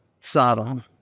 Sodom